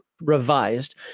revised